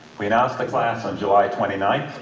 we announced the class on july twenty nine,